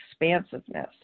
expansiveness